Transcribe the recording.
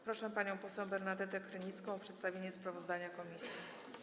Proszę panią poseł Bernadetę Krynicką o przedstawienie sprawozdania komisji.